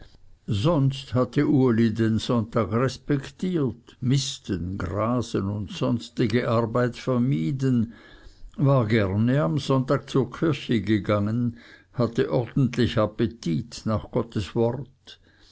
sonst hatte uli den sonntag respektiert misten grasen und sonstige arbeit vermieden war gerne am sonntag zur kirche gegangen hatte ordentlich appetit nach gottes wort